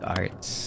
arts